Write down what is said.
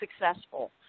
successful